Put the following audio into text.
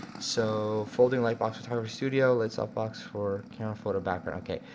so folding lightbox photography studio, led softbox for camera photo background okay.